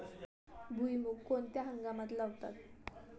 भुईमूग कोणत्या हंगामात लावतात?